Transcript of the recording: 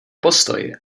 postoj